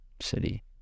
City